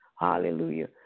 Hallelujah